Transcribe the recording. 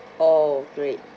oh great